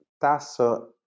Tasso